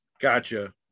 Gotcha